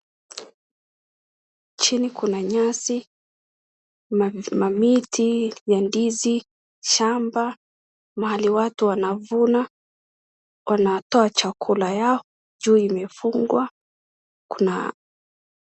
Chini kuna nyasi na vifamiti ya ndizi, shamba mahali watu wanavuna wanatoa chakula yao, juu imefungwa kuna.